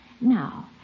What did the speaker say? Now